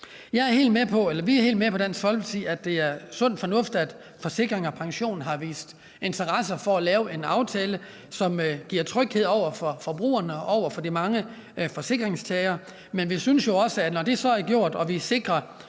side helt med på, at det er sund fornuft, at Forsikring & Pension har vist interesse for at lave en aftale, som giver tryghed for forbrugerne, de mange forsikringstagere. Men vi synes jo også, at når det så er gjort og vi har